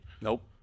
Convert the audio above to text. Nope